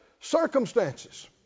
circumstances